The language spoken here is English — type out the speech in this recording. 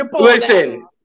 listen